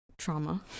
trauma